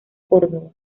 córdoba